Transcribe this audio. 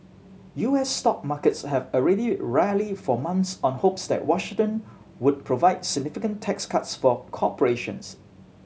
U S stock markets have already rallied for months on hopes that Washington would provide significant tax cuts for corporations